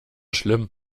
schlimm